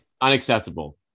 unacceptable